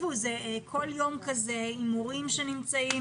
כל יום כזה עם הורים שנמצאים,